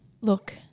Look